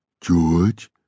George